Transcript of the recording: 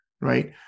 right